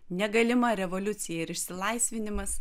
negalima revoliucija ir išsilaisvinimas